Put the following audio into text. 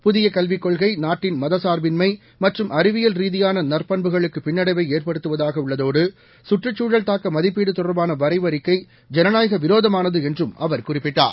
புதிய கல்விக் கொள்கை நாட்டின் மதச்சார்பின்மை மற்றும் அழிவியல் ரீதியான நற்பண்புகளுக்கு பின்னடைவை ஏற்படுத்துவதாக உள்ளதோடு கற்றுச்சூழல் தாக்க மதிப்பீடு தொடர்பான வரைவு அறிக்கை ஜனநாயக விரோதமானது என்றும் அவர் குறிப்பிட்டார்